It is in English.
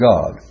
God